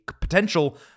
potential